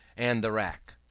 and the rack.